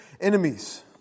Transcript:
enemies